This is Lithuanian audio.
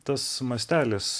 tas mastelis